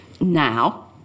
now